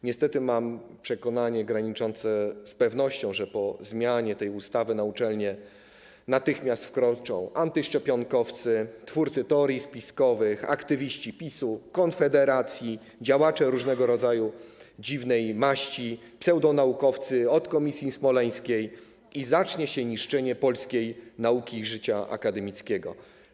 Niestety mam przekonanie graniczące z pewnością, że po zmianie tej ustawy na uczelnie natychmiast wkroczą antyszczepionkowcy, twórcy teorii spiskowych, aktywiści PiS-u, Konfederacji, działacze różnego rodzaju dziwnej maści, pseudonaukowcy od komisji smoleńskiej i zacznie się niszczenie polskiej nauki i życia akademickiego.